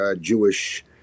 Jewish